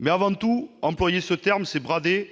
Mais employer ce terme, c'est surtout